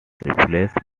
replaced